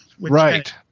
Right